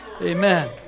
amen